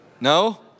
No